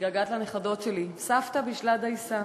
מתגעגעת לנכדות שלי, "סבתא בישלה דייסה".